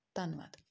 ਧੰਨਵਾਦ